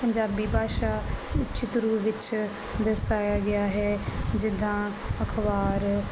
ਪੰਜਾਬੀ ਭਾਸ਼ਾ ਵਿੱਚ ਦੇ ਰੂਪ ਵਿੱਚ ਦਰਸਾਇਆ ਗਿਆ ਹੈ ਜਿੱਦਾਂ ਅਖਬਾਰ